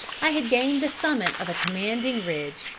i had gained the summit of a commanding ridge,